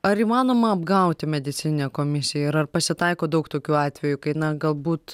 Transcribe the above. ar įmanoma apgauti medicininę komisiją ir ar pasitaiko daug tokių atvejų kai na galbūt